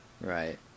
Right